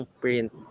print